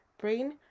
brain